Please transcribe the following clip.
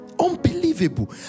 Unbelievable